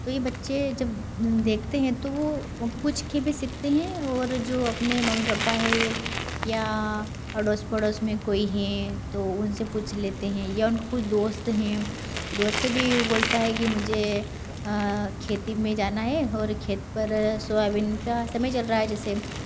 तो यह बच्चे जब देखते हैं तो वह पूछ कर भी सीखते हैं और जो अपने मम्मी पापा है या अड़ोस पड़ोस में कोई है तो उनसे पूछ लेते हैं या उनके कोई दोस्त हैं दोस्त भी बोलता है कि मुझे खेती में जाना है और खेत पर सोयाबीन का समय चल रहा है जैसे